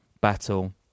battle